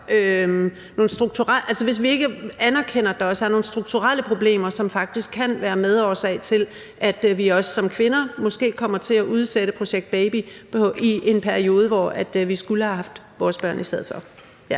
hvis vi ikke anerkender, at der også er nogle strukturelle problemer, som faktisk kan være medårsag til, at vi også som kvinder måske kommer til at udsætte projekt baby i den periode, hvor vi i stedet skulle have haft vores børn. Det var